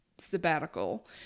sabbatical